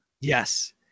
Yes